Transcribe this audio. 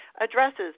addresses